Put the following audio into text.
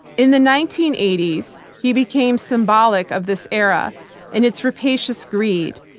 in the nineteen eighty s, he became symbolic of this era and its rapacious greed.